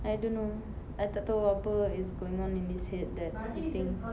I don't know I tak tahu apa is going on in his head that he thinks